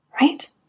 right